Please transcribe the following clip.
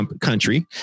country